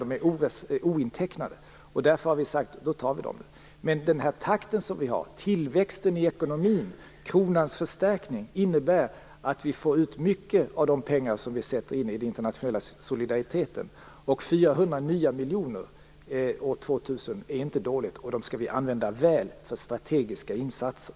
De är ointecknade. Därför har vi sagt: Då tar vi dem. Takten vi har, tillväxten i ekonomin och kronans förstärkning innebär att vi får ut mycket av de pengar som vi avsätter för den internationella solidariteten. 400 nya miljoner år 2000 är inte dåligt. De skall vi använda väl för strategiska insatser.